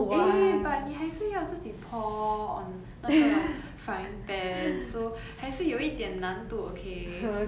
eh but 你还是要自己 pour on 那个 frying pan so 还是有一点难度 okay